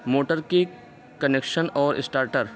motor کی connection اور starter